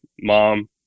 mom